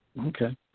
Okay